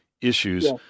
issues